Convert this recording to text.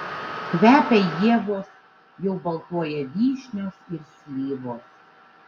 kvepia ievos jau baltuoja vyšnios ir slyvos